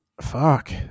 Fuck